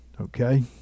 Okay